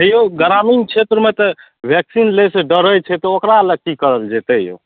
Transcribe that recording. हे यौ ग्रामीण क्षेत्रमे तऽ वैक्सीन लै सँ डरै छै तऽ ओकरा लए की करल जेतय यौ